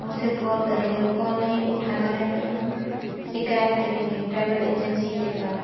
हम उसे कॉल करेंगे और कॉल नहीं उठा रहा है तो हम शिकायत करेंगे ट्रैवल एजेंसी के पास